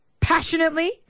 Passionately